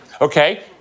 Okay